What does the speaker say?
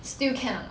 still can or not